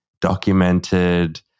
documented